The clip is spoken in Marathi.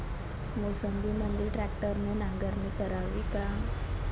मोसंबीमंदी ट्रॅक्टरने नांगरणी करावी का?